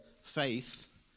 faith